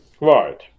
Right